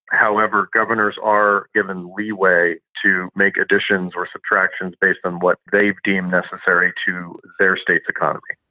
however, governors are given leeway to make additions or subtractions based on what they've deemed necessary to their state's economy.